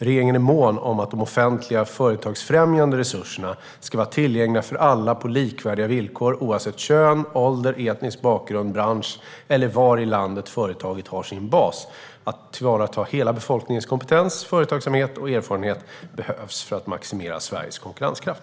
Regeringen är mån om att de offentliga företagsfrämjande resurserna ska vara tillgängliga för alla på likvärdiga villkor, oavsett kön, ålder, etnisk bakgrund, bransch eller var i landet företaget har sin bas. Att tillvarata hela befolkningens kompetens, företagsamhet och erfarenhet behövs för att maximera Sveriges konkurrenskraft.